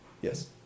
Yes